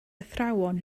athrawon